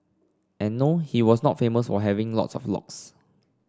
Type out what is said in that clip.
and no he was not famous for having lots of locks